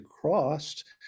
crossed